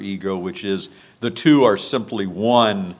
ego which is the two are simply one